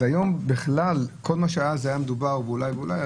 אז כל מה שאז דובר עליו כאולי ואולי,